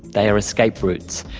they are escape routes.